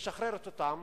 ומשחררת אותם